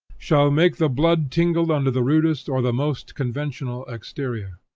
shall make the blood tingle under the rudest or the most conventional exterior.